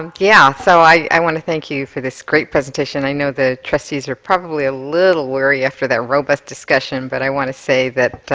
um yeah so i want to thank you for this great presentation. i know the trustees are probably a little weary after that but discussion, but i want to say that